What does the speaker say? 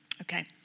Okay